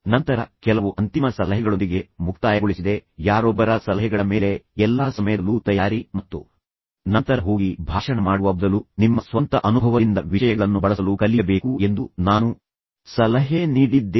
ನಂತರ ನಾನು ಕೆಲವು ಅಂತಿಮ ಸಲಹೆಗಳೊಂದಿಗೆ ಮುಕ್ತಾಯಗೊಳಿಸಿದೆ ನೀವು ಯಾರೊಬ್ಬರ ಸಲಹೆಗಳ ಮೇಲೆ ಎಲ್ಲಾ ಸಮಯದಲ್ಲೂ ತಯಾರಿ ಮತ್ತು ನಂತರ ಹೋಗಿ ಭಾಷಣ ಮಾಡುವ ಬದಲು ನಿಮ್ಮ ಸ್ವಂತ ಅನುಭವದಿಂದ ವಿಷಯಗಳನ್ನು ಬಳಸಲು ಕಲಿಯಬೇಕು ಎಂದು ನಾನು ಸಲಹೆ ನೀಡಿದ್ದೇನೆ